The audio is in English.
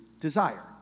desire